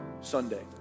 Sunday